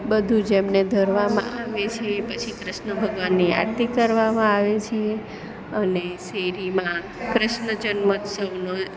બધું જ એમને ધરવામાં આવે છે પછી કૃષ્ણ ભગવાનની આરતી કરવામાં આવે છે અને શેરીમાં કૃષ્ણ જન્મોત્ત્સવનો